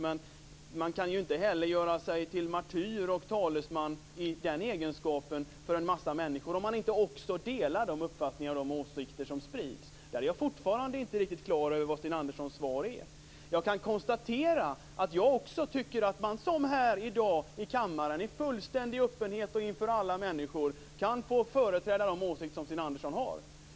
Men man kan ju inte göra sig till martyr och talesman för en massa människor om man inte delar de uppfattningar och de åsikter som sprids. Där är jag fortfarande inte riktigt klar över vad Sten Anderssons svar är. Också jag tycker att man i fullständig öppenhet och inför alla här i kammaren kan få företräda den åsikt som Sten Andersson har.